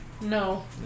No